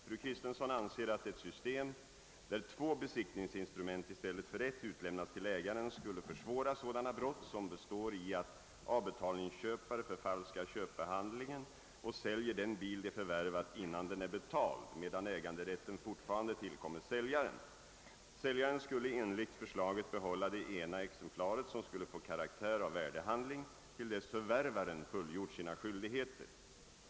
Fru Kristensson anser att ett system, där två besiktningsinstrument i stället för ett utlämnas till ägaren, skulle försvåra sådana brott som består i att avbetalningsköpare förfalskar <köpehandlingen och säljer den bil de förvärvat innan den är betald, medan äganderätten fortfarande tillkommer säljaren. Säljaren skulle enligt förslaget behålla det ena exemplaret, som skulle få karaktär av värdehandling, till dess förvärvaren fullgjort sina skyldigheter.